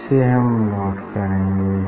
इसे हम नोट करेंगे